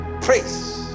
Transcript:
praise